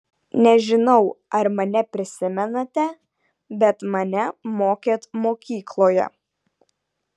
nežinau ar mane prisimenate bet mane mokėt mokykloje